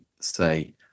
say